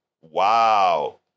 Wow